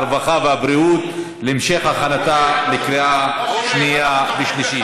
הרווחה והבריאות להמשך הכנתה לקריאה שנייה ושלישית.